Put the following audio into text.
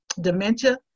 dementia